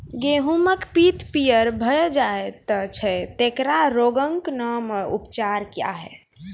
गेहूँमक पात पीअर भअ जायत छै, तेकरा रोगऽक नाम आ उपचार क्या है?